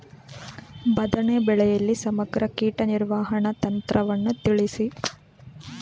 ಬದನೆ ಬೆಳೆಯಲ್ಲಿ ಸಮಗ್ರ ಕೀಟ ನಿರ್ವಹಣಾ ತಂತ್ರವನ್ನು ತಿಳಿಸಿ?